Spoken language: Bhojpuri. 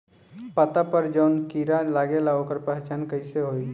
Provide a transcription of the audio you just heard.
पत्ता पर जौन कीड़ा लागेला ओकर पहचान कैसे होई?